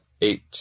Eight